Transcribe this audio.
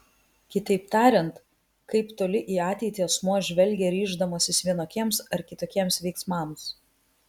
kitaip tariant kaip toli į ateitį asmuo žvelgia ryždamasis vienokiems ar kitokiems veiksmams